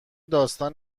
داستان